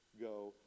go